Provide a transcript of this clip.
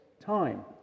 time